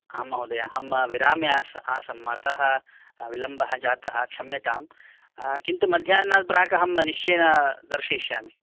आम् महोदय अहं विरामे आसम् अतः विलम्बः जातः क्षम्यतां किन्तु मध्याह्नात् प्राक् अहं निश्चयेन दर्शयिष्यामि